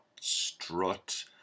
Strut